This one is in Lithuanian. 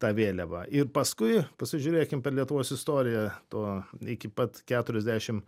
tą vėliavą ir paskui pasižiūrėkim per lietuvos istoriją to iki pat keturiasdešimt